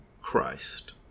Christ